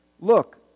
Look